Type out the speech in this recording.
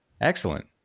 Excellent